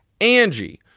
angie